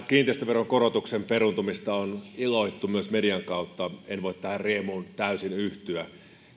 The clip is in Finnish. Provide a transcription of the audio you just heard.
kiinteistöveron korotuksen peruuntumista on iloittu myös median kautta en voi tähän riemuun täysin yhtyä